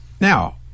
Now